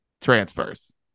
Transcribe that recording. transfers